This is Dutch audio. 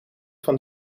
van